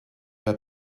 were